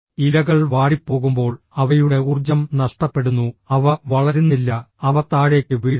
ഇലകൾ വാടിപ്പോകുമ്പോൾ അവയുടെ ഊർജ്ജം നഷ്ടപ്പെടുന്നു അവ വളരുന്നില്ല അവ താഴേക്ക് വീഴുന്നു